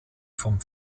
vom